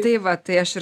tai va tai aš ir